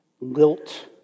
Lilt